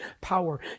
power